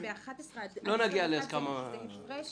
11 עד 21 זה הפרש